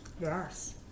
Yes